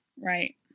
Right